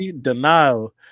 Denial